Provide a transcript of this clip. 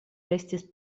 estis